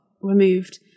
removed